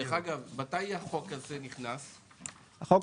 דרך אגב, מתי החוק הזה נכנס בישראל?